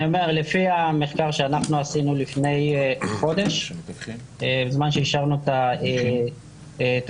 לפי המחקר שאנחנו עשינו לפני חודש בזמן שאישרנו את התוכנית,